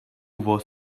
was